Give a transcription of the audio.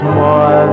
more